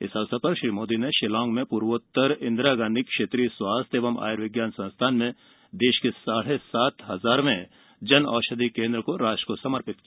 इस अवसर पर श्री मोदी ने शिलांग में पूर्वोत्तर इंदिरा गाँधी क्षेत्रीय स्वास्थ्य एवं आयुर्विज्ञान संस्थान में देश के साढे सात हजारवे जन औषधि केन्द्र को राष्ट्र को समर्पित किया